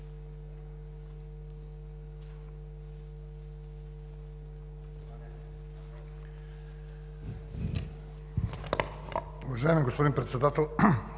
Уважаеми господин Председател,